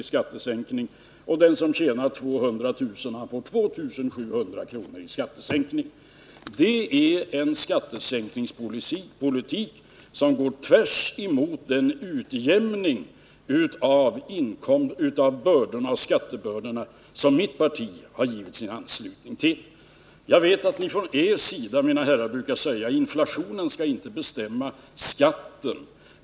i skattesänkning, och den som tjänar 200 000 kr. får 2 700 kr. i skattesänkning. Det är en skattesänkningspolitik som går tvärtemot den utjämning av bördorna och skattebördorna som mitt parti har givit sin anslutning till. Jag vet att ni, mina herrar, brukar säga att inflationen skall inte bestämma skatten.